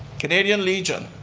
canadian legion,